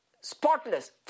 spotless